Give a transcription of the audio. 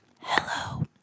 Hello